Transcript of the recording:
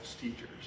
teachers